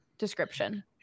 description